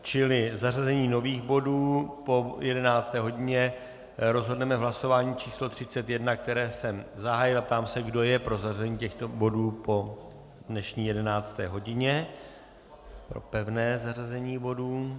Čili o zařazení nových bodů po 11. hodině rozhodneme v hlasování číslo 31, které jsem zahájil, a ptám se, kdo je pro zařazení těchto bodů po dnešní 11. hodině, pro pevné zařazení bodů.